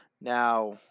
Now